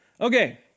okay